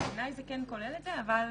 בעיניי זה כן כולל את זה, אבל